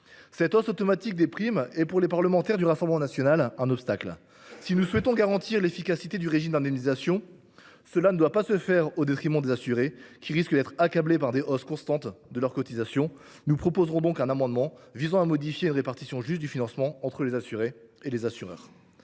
cette hausse automatique des primes est un obstacle. Si nous souhaitons garantir l’efficacité du régime d’indemnisation, cela ne doit pas se faire au détriment des assurés, qui risquent d’être accablés par des hausses constantes de leur cotisation. Nous défendrons donc un amendement visant à modifier une répartition juste du financement entre les assurés et les assureurs.